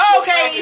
okay